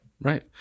right